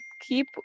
keep